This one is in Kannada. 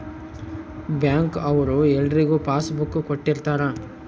ಬ್ಯಾಂಕ್ ಅವ್ರು ಎಲ್ರಿಗೂ ಪಾಸ್ ಬುಕ್ ಕೊಟ್ಟಿರ್ತರ